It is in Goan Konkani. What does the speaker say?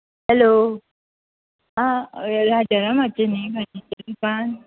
हॅलो आं